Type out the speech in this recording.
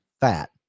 fat